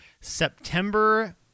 September